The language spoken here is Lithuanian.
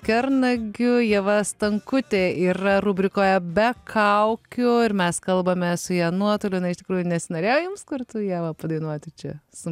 kernagiu ieva stankutė yra rubrikoje be kaukių ir mes kalbame su ja nuotoliu iš tikrųjų nesinorėjo jums kartu ieva padainuoti čia su